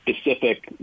specific